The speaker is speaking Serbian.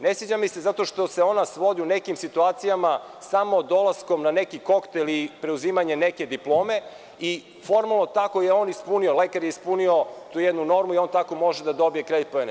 Ne sviđa mi se zato što se ona svodi u nekim situacijama samo dolaskom na neki koktel i preuzimanje neke diplome i formalno je tako lekar ispunio tu jednu normu i on tako može da dobije kredit poene.